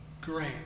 great